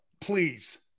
please